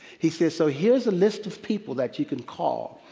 he said, so here is a list of people that you can call,